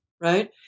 right